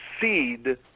Seed